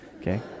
okay